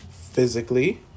physically